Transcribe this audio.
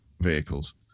vehicles